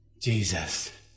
Jesus